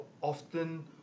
often